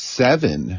seven